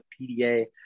pda